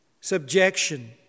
subjection